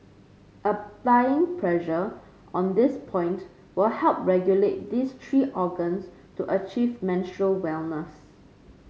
applying pressure on this point will help regulate these three organs to achieve menstrual wellness